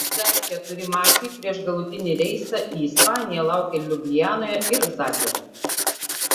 dar keturi mačai prieš galutinį reisą į ispaniją laukia liublianoje ir zagrebe